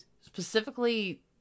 specifically